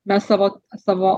mes savo savo